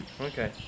Okay